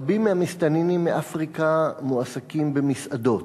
רבים מהמסתננים מאפריקה מועסקים במסעדות.